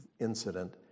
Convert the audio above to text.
incident